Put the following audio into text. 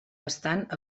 bastant